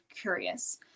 curious